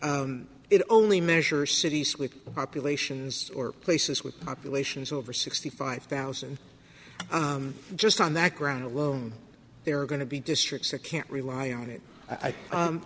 it only measure cities with populations or places with populations over sixty five thousand just on that ground alone there are going to be districts or can't rely on it i